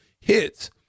hits